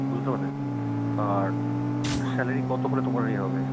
বুঝতে পারলে আর স্যালারি কত হলে তোমার ইয়ে হবে